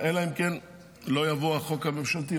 אלא אם לא יעבור החוק הממשלתי,